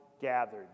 gathered